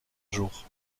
jour